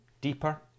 deeper